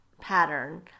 pattern